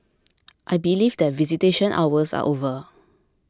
I believe that visitation hours are over